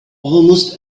almost